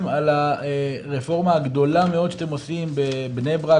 על הרפורמה הגדולה מאוד שאתם עושים בבני ברק,